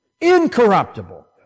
Incorruptible